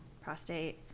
prostate